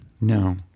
No